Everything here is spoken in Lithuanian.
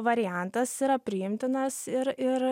variantas yra priimtinas ir ir